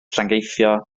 llangeitho